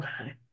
Okay